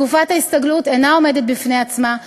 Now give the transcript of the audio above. תקופת ההסתגלות אינה עומדת בפני עצמה,